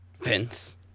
Vince